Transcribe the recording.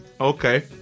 okay